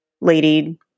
lady